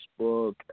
Facebook